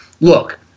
look